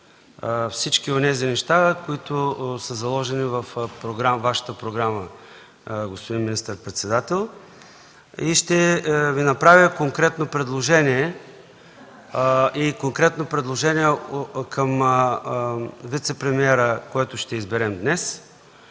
всички онези неща, които са заложени във Вашата програма, господин министър-председател. Ще направя конкретно предложение към вицепремиера, който ще изберем днес.